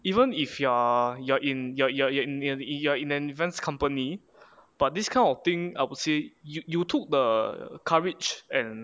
even if you're you're in you're you're in you are in you are in an events company but this kind of thing I would say you took the courage and